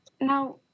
Now